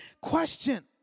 question